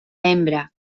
hembra